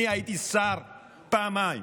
אני הייתי שם פעמיים,